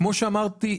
כמו שאמרתי,